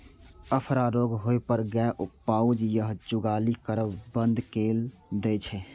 अफरा रोग होइ पर गाय पाउज या जुगाली करब बंद कैर दै छै